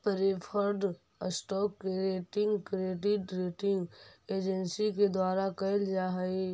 preferred stock के rating credit rating agency के द्वारा कैल जा हइ